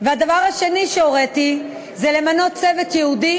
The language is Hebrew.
והדבר השני שהוריתי זה למנות צוות ייעודי